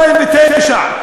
2009,